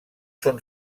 són